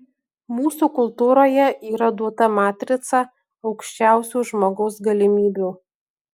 mūsų kultūroje yra duota matrica aukščiausių žmogaus galimybių